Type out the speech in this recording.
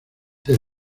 del